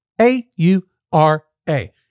A-U-R-A